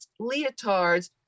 leotards